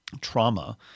trauma